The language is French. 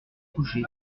coucher